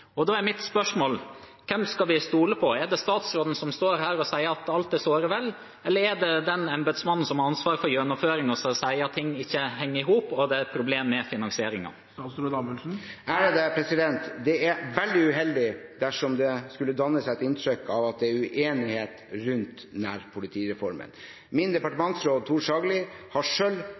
Da er mitt spørsmål: Hvem skal vi stole på? Er det statsråden, som står her og sier at alt er såre vel, eller er det den embetsmannen som har ansvar for gjennomføringen, og som sier at ting ikke henger i hop, og at det er problemer med finansieringen? Det er veldig uheldig dersom det skulle danne seg et inntrykk av at det er uenighet rundt nærpolitireformen. Min departementsråd, Tor Saglie, har